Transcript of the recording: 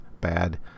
bad